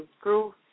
grew